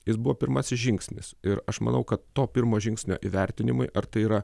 jis buvo pirmasis žingsnis ir aš manau kad to pirmo žingsnio įvertinimui ar tai yra